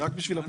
אוקיי.